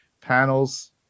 Panels